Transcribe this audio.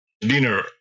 dinner